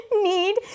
need